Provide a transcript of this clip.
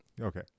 okay